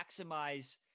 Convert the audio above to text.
maximize